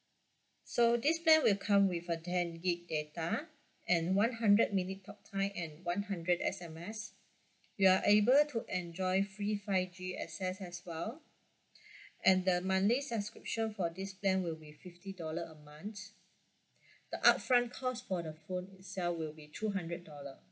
so this plan will come with a ten gig data and one hundred minute talk time and one hundred S_M_S you are able to enjoy free five G access as well and the monthly subscription for this plan will be fifty dollar a month the upfront cost for the phone itself will be two hundred dollar